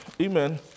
Amen